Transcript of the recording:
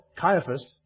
Caiaphas